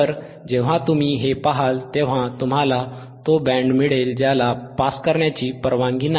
तर जेव्हा तुम्ही हे पहाल तेव्हा तुम्हाला तो बँड मिळेल ज्याला पास करण्याची परवानगी नाही